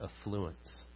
affluence